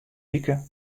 wike